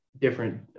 different